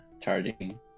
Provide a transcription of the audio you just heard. charging